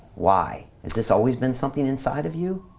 why? has this always been something inside of you?